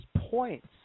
points